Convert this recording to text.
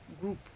group